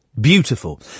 beautiful